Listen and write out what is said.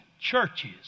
churches